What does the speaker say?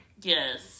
Yes